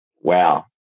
wow